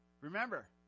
Remember